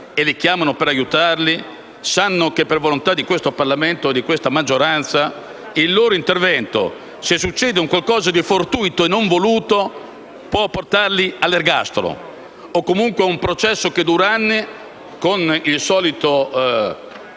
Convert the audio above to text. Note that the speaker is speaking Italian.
e li chiamano per aiutarli, sapranno che, per volontà di questo Parlamento e di questa maggioranza, il loro intervento, se succede qualcosa di fortuito e non voluto, può portarli all'ergastolo o comunque a un processo che dura anni, con il solito